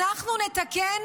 אנחנו נתקן,